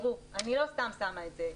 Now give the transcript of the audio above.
אני לא סתם שמה את זה.